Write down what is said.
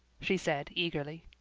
she said eagerly.